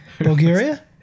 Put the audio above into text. Bulgaria